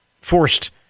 forced